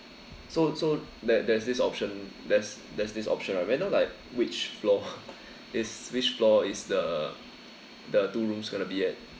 so so there there's this option there's there's this option may I know like which floor is which floor is the the two rooms gonna be at